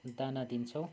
दाना दिन्छौँ